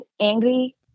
angry